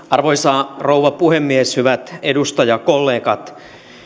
arvoisa rouva puhemies hyvät edustajakollegat